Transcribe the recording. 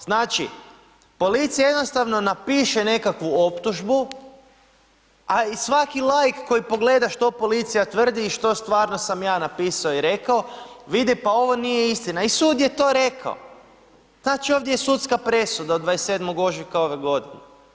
Znači, policija jednostavno napiše nekakvu optužbu, a i svaki laik koji pogleda što policija tvrdi i što stvarno sam ja napisao i rekao, vidi pa ovo nije istina i sud je to rekao, znači, ovdje je sudska presuda od 27. ožujka ove godine.